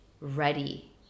ready